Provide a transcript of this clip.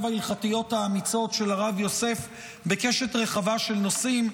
ההלכתיות האמיצות של הרב יוסף בקשת רחבה של נושאים,